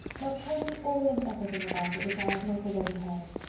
but tell me all and everything about it which i have not already heard.